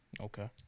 Okay